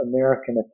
American